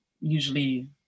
usually